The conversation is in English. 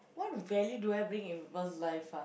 what value do I bring in people's life ah